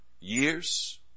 years